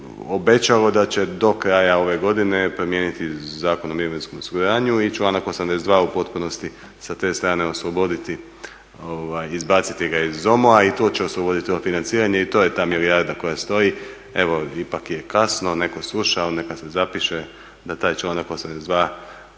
obećalo da će do kraja ove godine promijeniti Zakon o mirovinskom osiguranju i članak 82. u potpunosti sa te strane osloboditi i izbaciti ga iz …. I tu će osloboditi ovo financiranje. I to je ta milijarda koja stoji. Evo ipak je kasno, netko sluša ali neka si zapiše da taj članak 82.